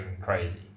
crazy